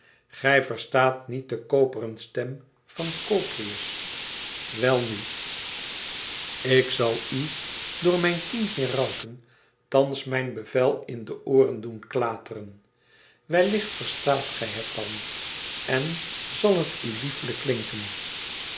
gij verstaat niet de koperen stem van kopreus welnu ik zal u door mijn tien herauten thans mijn bevel in de ooren doen klateren wellicht verstaat gij het dan en zal het u lieflijk klinken